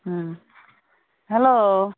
হ্যাঁ হ্যালো